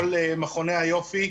כל מכוני היופי,